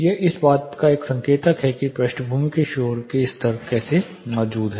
यह इस बात का एक संकेतक है कि पृष्ठभूमि के शोर के स्तर कैसे मौजूद हैं